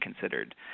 considered